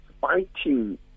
fighting